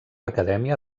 acadèmia